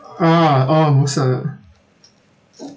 ah oh most of it